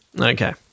Okay